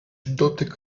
dotyk